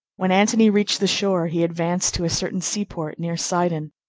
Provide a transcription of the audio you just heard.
when antony reached the shore, he advanced to a certain sea-port, near sidon,